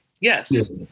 yes